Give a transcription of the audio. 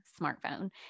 smartphone